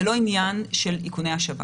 זה לא עניין של איכוני השב"כ.